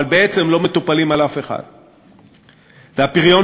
אבל בעצם לא מטופלים על-ידי אף אחד.